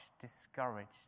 discouraged